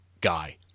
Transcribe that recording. guy